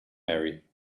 marry